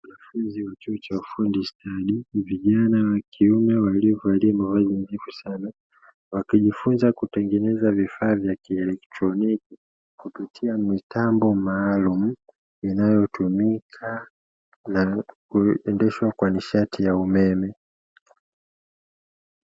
Hiki ni chuo cha ufundi stadi, vijana wa kiume waliovalia mavazi nadhifu sana wakijifunza kutengeneza vifaa vya kielectroniki kupitia mitambo maalumu, inayotumika na kuendeshwa kwa nishati ya umeme.